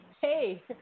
hey